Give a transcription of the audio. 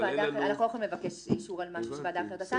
-- אנחנו לא יכולים לבקש אישור על משהו שוועדה אחרת עשתה.